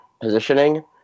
positioning